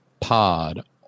Pod